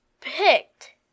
picked